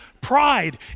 pride